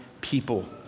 people